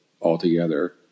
altogether